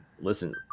listen